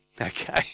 Okay